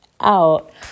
out